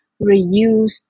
reuse